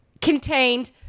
contained